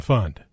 Fund